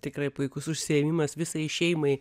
tikrai puikus užsiėmimas visai šeimai